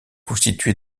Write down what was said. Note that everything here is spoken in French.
constitué